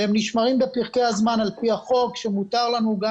והם נשמרים בפרקי הזמן על פי החוק שמותר לנו גם